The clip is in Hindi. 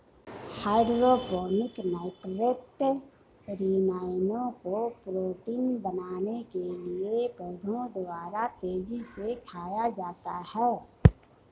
हाइड्रोपोनिक नाइट्रेट ऋणायनों को प्रोटीन बनाने के लिए पौधों द्वारा तेजी से खाया जाता है